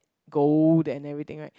gold and everything right